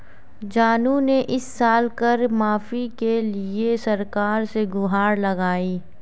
जानू ने इस साल कर माफी के लिए सरकार से गुहार लगाई